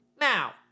Now